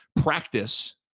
practice